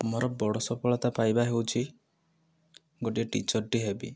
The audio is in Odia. ମୋ'ର ବଡ଼ ସଫଳତା ପାଇବା ହେଉଛି ଗୋଟିଏ ଟିଚରଟିଏ ହେବି